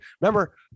Remember